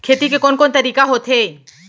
खेती के कोन कोन तरीका होथे?